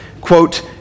quote